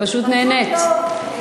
פשוט נהנית.